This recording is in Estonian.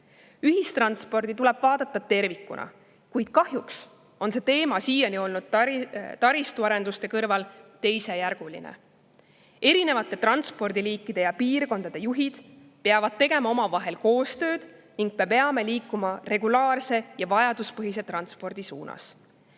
Ühistransporti tuleb vaadata tervikuna, kuid kahjuks on see teema siiani olnud taristuarenduste kõrval teisejärguline. Erinevate transpordiliikide ja piirkondade juhid peavad tegema omavahel koostööd ning me peame liikuma regulaarse ja vajaduspõhise transpordi suunas.